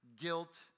guilt